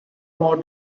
more